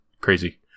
Crazy